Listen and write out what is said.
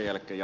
hyvä